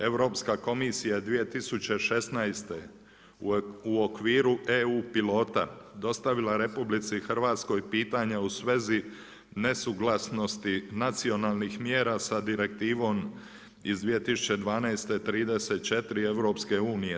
Europska komisija 2016. u okviru EU pilota dostavila je RH pitanje u svezi nesuglasnosti nacionalnih mjera sa direktivom iz 2012. 34 EU.